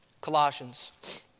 Colossians